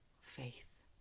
faith